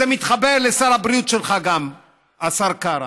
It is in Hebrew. זה מתחבר גם לשר הבריאות שלך, השר קרא.